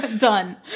done